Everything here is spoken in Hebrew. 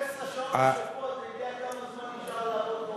16 שעות בשבוע, אתה יודע כמה זמן נשאר, תורה?